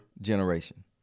generation